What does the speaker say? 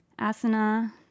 asana